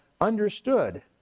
understood